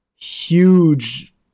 huge